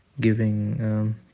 giving